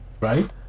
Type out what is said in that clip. right